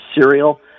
cereal